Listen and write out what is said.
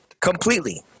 completely